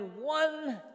one